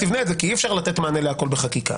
ראיות באמצעים שאינם עולים בקנה אחד עם הוראות החוק.